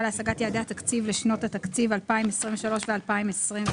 להשגת יעדי התקציב לשנות התקציב 2023 ו-2024),